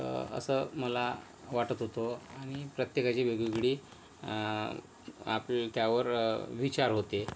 तर असं मला वाटत होतं आणि प्रत्येकाची वेगवेगळी आपल्याल त्यावर विचार होते